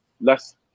less